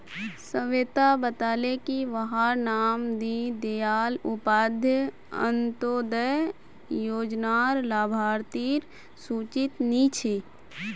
स्वेता बताले की वहार नाम दीं दयाल उपाध्याय अन्तोदय योज्नार लाभार्तिर सूचित नी छे